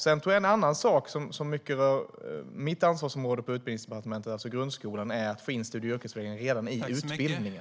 En annan sak som rör mitt ansvarsområde på Utbildningsdepartementet, grundskolan, är att få in studie och yrkesvägledningen redan i utbildningen.